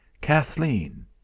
Kathleen